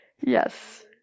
Yes